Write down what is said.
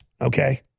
okay